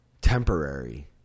temporary